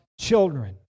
children